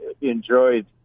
enjoyed